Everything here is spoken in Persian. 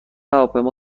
هواپیما